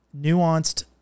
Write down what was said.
nuanced